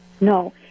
No